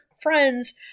friends